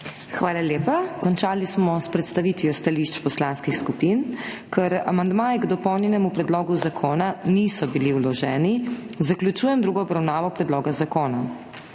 Hvala. Končali smo predstavitev stališč poslanskih skupin. Ker amandmaji k dopolnjenemu predlogu zakona niso bili vloženi, zaključujem drugo obravnavo predloga zakona.